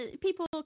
people